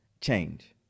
change